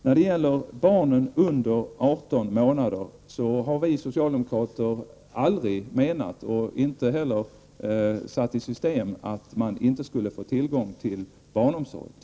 När det gäller barn under 18 månader har vi socialdemokrater aldrig menat, och inte heller satt i system, att man inte skulle få tillgång till barnomsorg för dessa.